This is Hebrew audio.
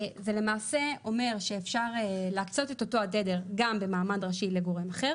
זה למעשה אומר שאפשר להקצות את אותו התדר גם במעמד ראשי לגורם אחר